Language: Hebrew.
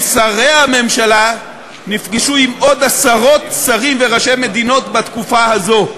כי שרי הממשלה נפגשו עם עוד עשרות שרים וראשי מדינות בתקופה הזו.